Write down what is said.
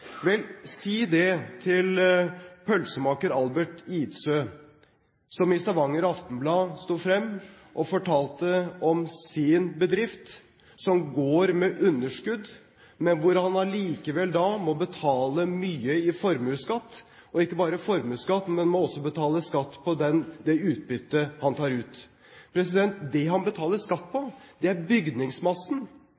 Vel, si det til pølsemaker Albert Idsøe, som i Stavanger Aftenblad sto frem og fortalte om sin bedrift, som går med underskudd, men hvor han likevel må betale mye i formuesskatt, og ikke bare formuesskatt – han må også betale skatt på det utbyttet han tar ut. Det han betaler skatt på,